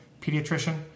pediatrician